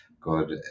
good